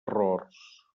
errors